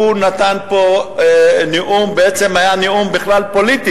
הוא נתן פה נאום, בעצם היה נאום פוליטי.